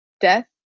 death